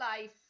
life